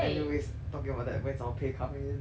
anyway talking about that when's out pay coming in